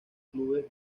clubes